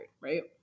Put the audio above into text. right